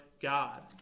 God